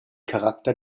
charakter